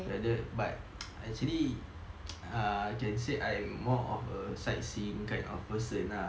like that but actually err can say I'm more of a sightseeing kind of person lah